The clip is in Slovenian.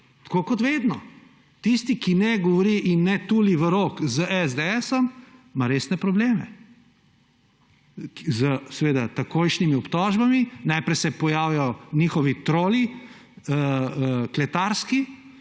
Tako kot vedno! Tisti, ki ne govori in ne tuli v rog z esdeesom, ima resne probleme. Seveda s takojšnimi obtožbami; najprej se pojavijo njihovi troli kletarski,